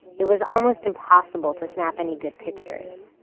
it was almost impossible to snap any good pictures.